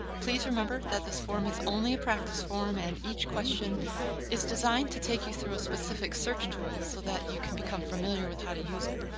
please remember that this form is only practice forum and each question is designed to take you through a specific search tool so that you can become familiar with how to use it.